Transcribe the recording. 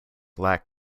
lack